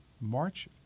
March